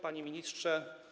Panie Ministrze!